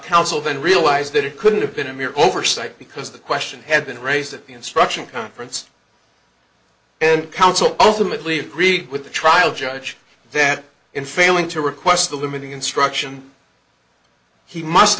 counsel then realized that it couldn't have been a mere oversight because the question had been raised at the instruction conference and counsel ultimately agreed with the trial judge that in failing to request the limiting instruction he must